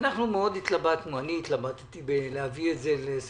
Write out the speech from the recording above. אני התלבטתי מאוד אם להביא את זה לסדר-היום.